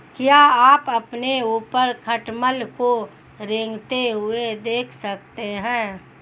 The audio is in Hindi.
क्या आप अपने ऊपर खटमल को रेंगते हुए देख सकते हैं?